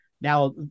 Now